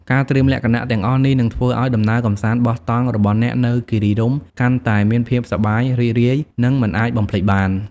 ការត្រៀមលក្ខណៈទាំងអស់នេះ នឹងធ្វើឲ្យដំណើរកម្សាន្តបោះតង់របស់អ្នកនៅគិរីរម្យកាន់តែមានភាពសប្បាយរីករាយ និងមិនអាចបំភ្លេចបាន។